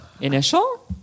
Initial